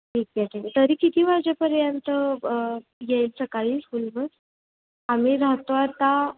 ठीक आहे ठीक आहे तरी किती वाजेपर्यंत येईल सकाळी स्कूल बस आम्ही राहतो आता